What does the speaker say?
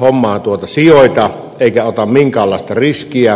hommaan sijoita eikä ota minkäänlaista riskiä